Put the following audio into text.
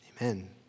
Amen